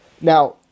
Now